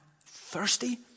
thirsty